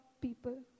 people